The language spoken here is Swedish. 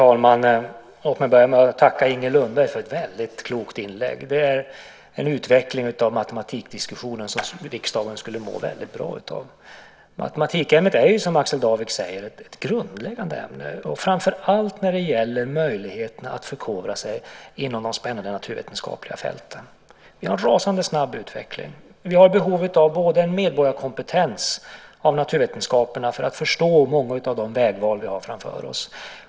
Herr talman! Låt mig börja med att tacka Inger Lundberg för ett väldigt klokt inlägg där hon pekade på en utveckling av matematikdiskussionen som riksdagen skulle må väldigt bra av. Som Axel Darvik säger är matematik ett grundläggande ämne, framför allt när det gäller möjligheterna att förkovra sig på de spännande naturvetenskapliga fälten. Utvecklingen går rasande snabbt. Vi har behov av medborgarkompetens i naturvetenskapliga ämnen för att man ska förstå några av de vägval som vi har framför oss.